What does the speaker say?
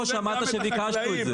איפה שמעת שביקשנו את זה?